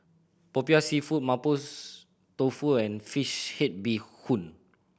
Popiah Seafood Mapo Tofu and fish head bee hoon